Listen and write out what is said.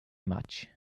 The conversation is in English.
much